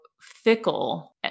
fickle